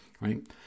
right